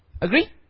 Agree